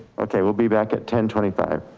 okay, we'll be back at ten twenty five.